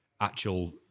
actual